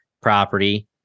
property